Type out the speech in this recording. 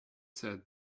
said